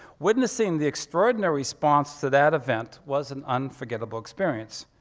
witnessing the extraordinary response to that event was an unforgettable experience.